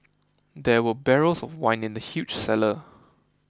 there were barrels of wine in the huge cellar